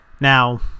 Now